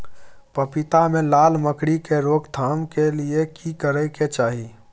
पपीता मे लाल मकरी के रोक थाम के लिये की करै के चाही?